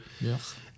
Yes